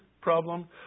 problem